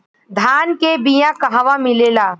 धान के बिया कहवा मिलेला?